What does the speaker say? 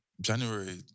January